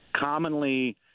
commonly